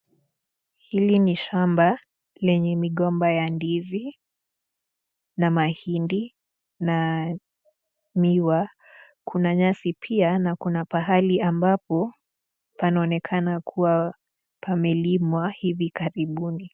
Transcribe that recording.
Hili ni shamba lenye migomba ya ndizi na mahindi na miwani. Kuna nyasi pia na kuna pahali ambapo panaonekana kuwa pamelimwa hivi karibuni.